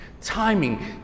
Timing